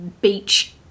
beach